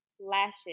lashes